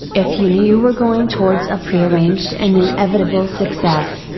if you knew you were going towards a prearranged and inevitable success,